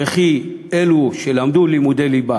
וכי אלו שלמדו לימודי ליבה